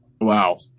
Wow